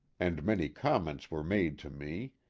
and many comments were made to me,